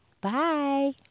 Bye